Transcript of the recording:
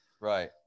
Right